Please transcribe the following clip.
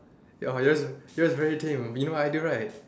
your yours yours very tame we no idea right